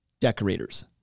Decorators